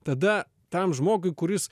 tada tam žmogui kuris